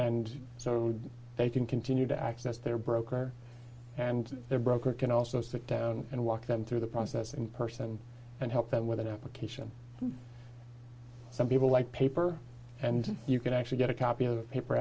and so do they can continue to access their broker and their broker can also sit down and walk them through the process in person and help them with an application some people like paper and you can actually get a copy of paper